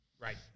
Right